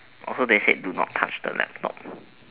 also they said do not touch the laptop